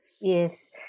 Yes